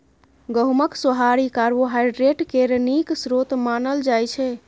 गहुँमक सोहारी कार्बोहाइड्रेट केर नीक स्रोत मानल जाइ छै